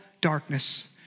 darkness